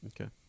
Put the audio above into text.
okay